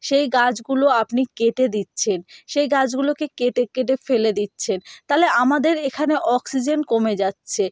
সেই গাছগুলো আপনি কেটে দিচ্ছেন সেই গাছগুলোকে কেটে কেটে ফেলে দিচ্ছেন তালে আমাদের এখানে অক্সিজেন কমে যাচ্ছে